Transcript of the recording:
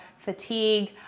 fatigue